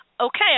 Okay